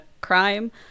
crime